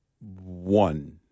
one